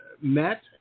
met